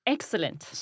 Excellent